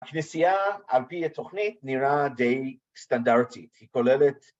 הכנסייה על פי התוכנית נראה די סטנדרטית, היא כוללת